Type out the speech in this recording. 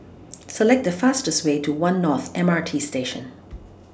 Select The fastest Way to one North M R T Station